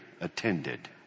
attended